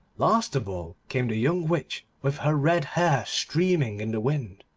last of all came the young witch, with her red hair streaming in the wind.